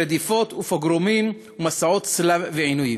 רדיפות ופוגרומים, מסעות צלב ועינויים.